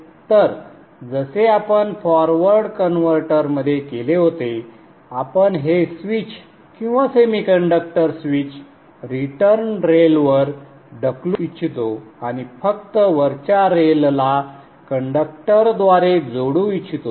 तर जसे आपण फॉरवर्ड कन्व्हर्टरमध्ये केले होते आपण हे स्विच किंवा सेमीकंडक्टर स्विच रिटर्न रेलवर ढकलू इच्छितो आणि फक्त वरच्या रेलला कंडक्टर द्वारे जोडू इच्छितो